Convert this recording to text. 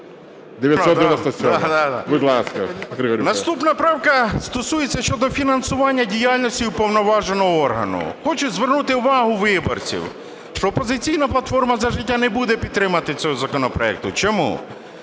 Наступна правка стосується щодо фінансування діяльності уповноваженого органу. Хочу звернути увагу виборців, що "Опозиційна платформа – За життя" не буде підтримувати цей законопроект. Чому?